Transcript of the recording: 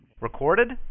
Recorded